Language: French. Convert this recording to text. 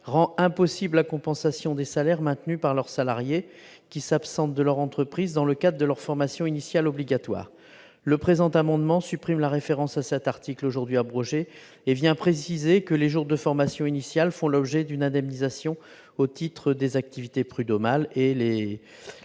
rend impossible la compensation des salaires maintenus pour leurs salariés qui s'absentent de leur entreprise dans le cadre de leur formation initiale obligatoire. Cet amendement vise à supprimer la référence à cet article aujourd'hui abrogé et à préciser que les jours de formation initiale font l'objet d'une indemnisation au titre des activités prud'homales. À cet